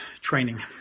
training